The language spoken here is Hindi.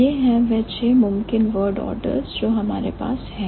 यह है वह छह मुमकिन word orders जो हमारे पास हैं